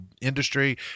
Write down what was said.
industry